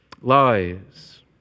Lies